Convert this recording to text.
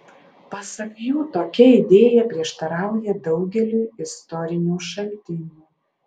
pasak jų tokia idėja prieštarauja daugeliui istorinių šaltinių